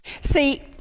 See